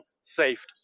saved